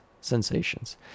sensations